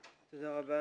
תודה רבה.